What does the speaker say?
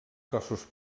cossos